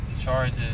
charges